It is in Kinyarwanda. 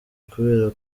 kubera